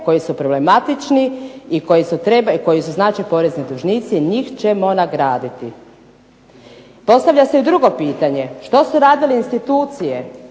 koji su problematični i koji su znači porezni dužnici njih ćemo nagraditi. Postavlja se i drugo pitanje što su radile institucije